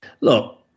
Look